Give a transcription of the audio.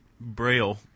braille